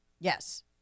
Yes